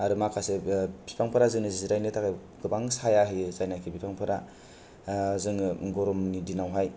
आरो माखासे बिफांफोरा जोंनो जिरायनो थाखाय गोबां साया होयो जायनाखि बिफांफोरा जों ओ गरमनि दिनावहाय